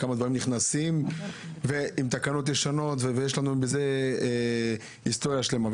יש לנו היסטוריה שלמה עם זה.